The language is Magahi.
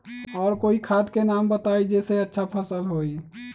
और कोइ खाद के नाम बताई जेसे अच्छा फसल होई?